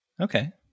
Okay